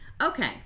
Okay